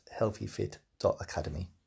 healthyfit.academy